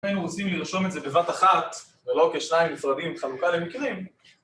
‫אם היינו רוצים לרשום את זה בבת אחת, ‫ולא כשניים נפרדים, חלוקה למקרים.